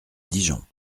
dijon